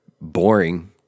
boring